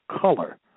color